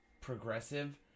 progressive